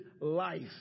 life